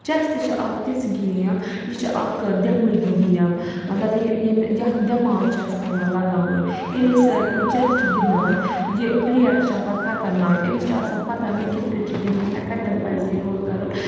چٮَس تہِ چھے اَکھ تِژھ گیم یہِ چھِ اَکھ دٮ۪مٲغی گیم مطلب یہِ یہِ یَتھ دٮ۪ماغ چھُ اَسہِ پیٚوان لگاوُن ییٚلہِ أسۍ چَس چھِ گِندان یہِ پٕلییَر تہِ چھُ آسان خطرناک أمِس چھُ آسان پَتاہ مے کِتھ کٔنۍ چھُ گِندُن مےٚ کَتٮ۪ن پَزِ یہِ رول کَرُن تہٕ